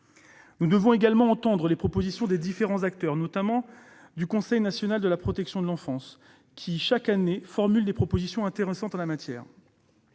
Nous devons également entendre les propositions des différents acteurs, notamment celles du Conseil national de la protection de l'enfance (CNPE), qui, chaque année, formule des propositions intéressantes en la matière.